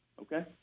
okay